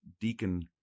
Deacon